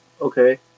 Okay